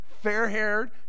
fair-haired